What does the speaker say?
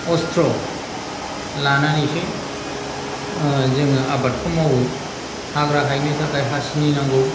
अस्त्र लानानैसो जोङो आबादखौ मावो हाग्रा हायनो थाखाय हासिनि नांगौ